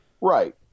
Right